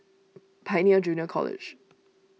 Pioneer Junior College